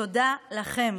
תודה לכם